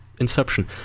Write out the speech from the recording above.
Inception